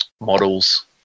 models